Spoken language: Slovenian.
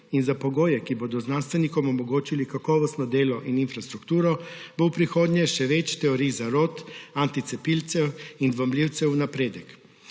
in za pogoje, ki bodo znanstvenikom omogočili kakovostno delo in infrastrukturo, bo v prihodnje še več teorij zarot, anticepilcev in dvomljivcev v napredek.